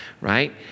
right